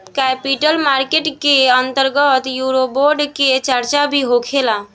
capital market के अंतर्गत eurobond के चार्चा भी होखेला